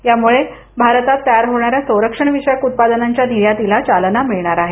यामुळे भारतात तयार होणाऱ्या संरक्षण विषयक उत्पादनाच्या निर्यातीला चालना मिळणार आहे